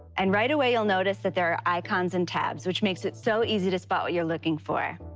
and right away you'll notice that there are icons and tabs, which makes it so easy to spot what you're looking for.